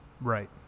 Right